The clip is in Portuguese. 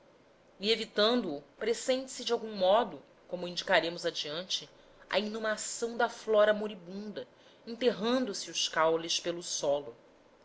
e evitando o pressente se de algum modo como o indicaremos adiante a inumação da flora moribunda enterrando se os caules pelo solo